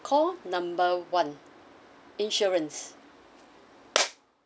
call number one insurance